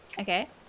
okay